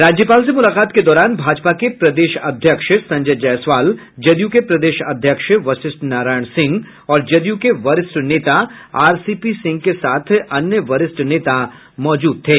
राज्यपाल से मुलाकात के दौरान भाजपा के प्रदेश अध्यक्ष संजय जायसवाल जदयू के प्रदेश अध्यक्ष वरिष्ठ नारायण सिंह और जदयू के वरिष्ठ नेता आरसीपी सिंह के साथ अन्य वरिष्ठ नेता मौजूद थे